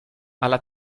alla